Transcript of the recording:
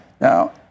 now